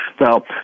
Now